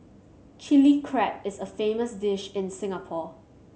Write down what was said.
Chilli Crab is a famous dish in Singapore